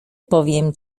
powiem